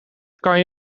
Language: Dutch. kan